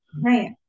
Right